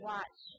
Watch